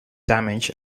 damage